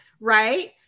right